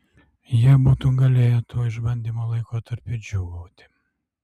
jie būtų galėję tuo išbandymo laikotarpiu džiūgauti